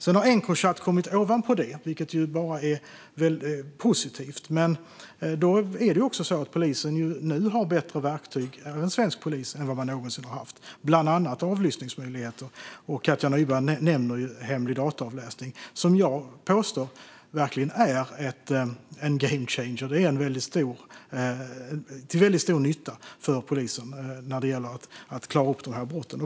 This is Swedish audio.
Sedan har Encrochat kommit ovanpå detta, vilket är positivt. Men nu har polisen bättre verktyg än vad svensk polis någonsin haft, bland annat avlyssningsmöjligheter. Katja Nyberg nämner hemlig dataavläsning. Jag påstår att detta verkligen är en game changer till stor nytta för polisen när det gäller att klara upp dessa brott.